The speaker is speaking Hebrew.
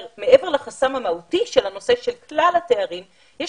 מעבר לחסם המהותי של הנושא של כלל התארים יש